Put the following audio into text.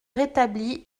rétabli